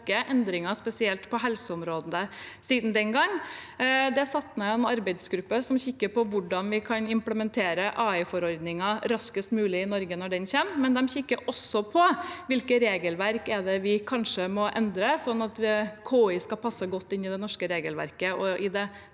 spesielt på helseområdet, siden den gang. Det er satt ned en arbeidsgruppe som kikker på hvordan vi kan implementere AI-forordningen raskest mulig i Norge når den kommer. De kikker også på hvilke regelverk vi kanskje må endre, sånn at KI skal passe godt inn i det norske regelverket og i det